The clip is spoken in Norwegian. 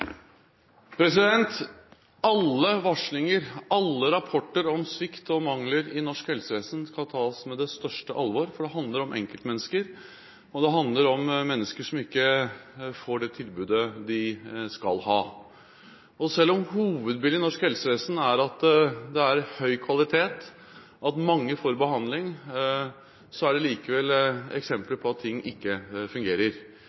kontroll? Alle varslinger og alle rapporter om svikt og mangler i norsk helsevesen skal tas på største alvor, for det handler om enkeltmennesker, og det handler om mennesker som ikke får det tilbudet de skal ha. Selv om hovedbildet i norsk helsevesen er at det er høy kvalitet, og at mange får behandling, er det likevel eksempler på at ting ikke fungerer.